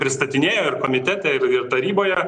pristatinėjo ir komitete ir ir taryboje